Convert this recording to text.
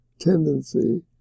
tendency